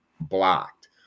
blocked